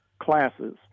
classes